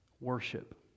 worship